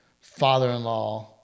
father-in-law